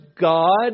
God